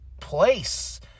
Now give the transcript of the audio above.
place